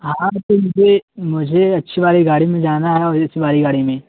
ہاں تو مجھے مجھے اچھی والی گاڑی میں جانا ہے اور اے سی والی گاڑی میں